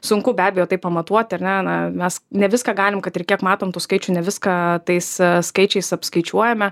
sunku be abejo tai pamatuot ar ne na mes ne viską galim kad ir kiek matom tų skaičių ne viską tais skaičiais apskaičiuojame